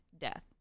death